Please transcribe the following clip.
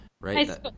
Right